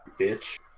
bitch